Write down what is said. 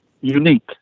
unique